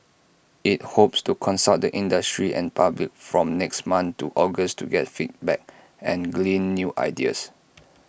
IT hopes to consult the industry and public from next month to August to get feedback and glean new ideas